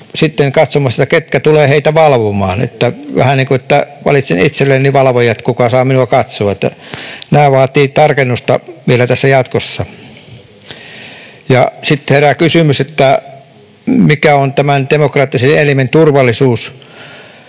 mukana katsomassa, ketkä tulevat sitä valvomaan, eli vähän niin kuin että valitsen itselleni valvojat, kuka saa minua katsoa. Nämä vaativat tarkennusta vielä tässä jatkossa. Sitten herää kysymys, mikä on tämän demokraattisen elimen turvallisuus.